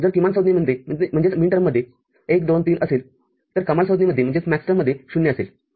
तर जर किमान संज्ञेमध्ये १ २३ असेल तर कमाल संज्ञेमध्ये ० असेल